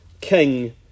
king